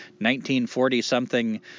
1940-something